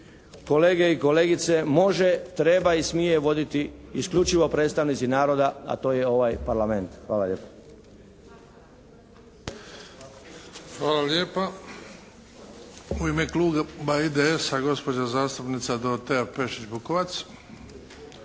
kolege i kolegice, može, treba i smije voditi isključivo predstavnici naroda a to je ovaj Parlament. Hvala lijepa. **Bebić, Luka (HDZ)** Hvala lijepa. U ime kluba IDS-a, gospođa zastupnica Dorotea Pešić-Bukovac.